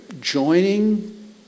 joining